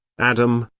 adam,